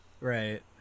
Right